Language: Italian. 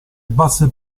basse